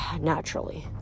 Naturally